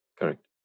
Correct